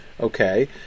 okay